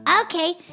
Okay